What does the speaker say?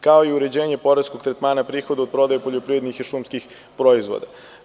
Kao i uređenje poreskog tretmana prihoda od prodaje poljoprivrednih i šumskih proizvoda.